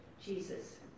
Jesus